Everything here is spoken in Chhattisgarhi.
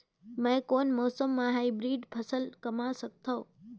मै कोन मौसम म हाईब्रिड फसल कमा सकथव?